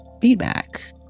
feedback